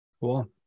cool